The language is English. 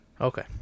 Okay